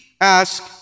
ask